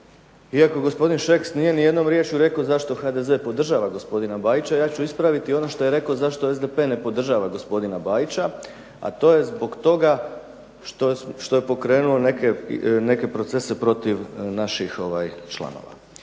Iako gospodin Šeks nije nijednom riječju rekao zašto HDZ podržava gospodina Bajića ja ću ispraviti ono što je rekao zašto SDP ne podržava gospodina Bajića a to je zbog toga što je pokrenuo neke procese protiv naših članova.